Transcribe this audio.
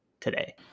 today